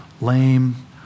lame